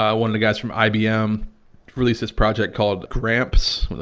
um one of the guys from ibm released his project called gramps,